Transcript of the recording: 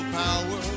power